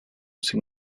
sin